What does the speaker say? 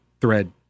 thread